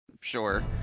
sure